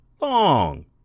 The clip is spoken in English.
long